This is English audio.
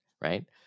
right